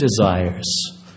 desires